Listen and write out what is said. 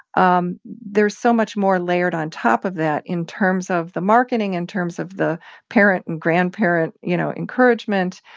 um there's so much more layered on top of that in terms of the marketing, in terms of the parent and grandparent, you know, encouragement,